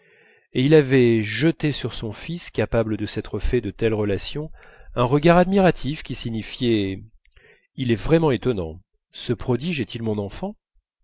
et il avait jeté sur son fils capable de s'être fait de telles relations un regard admiratif qui signifiait il est vraiment étonnant ce prodige est-il mon enfant